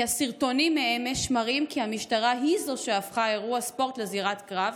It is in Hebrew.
כי הסרטונים מאמש מראים כי המשטרה היא שהפכה אירוע ספורט לזירת קרב.